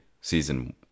Season